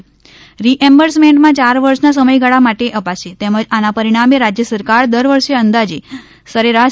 આ રિએમ્બર્સમેન્ટ ચાર વર્ષનાસમયગાળા માટે અપાશે તેમજ આના પરિણામે રાજ્ય સરકાર દર વર્ષે અંદાજે સરેરાશ